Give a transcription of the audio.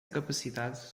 capacidade